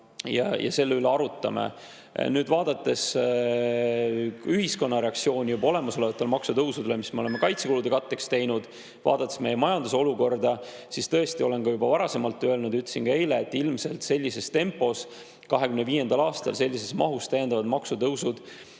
ja selle üle arutame. Vaadates ühiskonna reaktsiooni juba olemasolevatele maksutõusudele, mis me oleme kaitsekulude katteks teinud, ja vaadates meie majanduse olukorda, siis tõesti, olen ka juba varasemalt öelnud ja ütlesin ka eile, et ilmselt 2025. aastal sellises tempos ja sellises mahus täiendavad maksutõusud